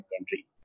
country